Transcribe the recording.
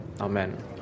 Amen